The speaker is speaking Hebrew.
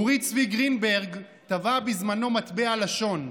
אורי צבי גרינברג טבע בזמנו מטבע לשון: